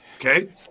Okay